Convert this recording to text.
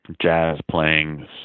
jazz-playing